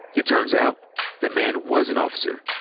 it turns out the man was an officer,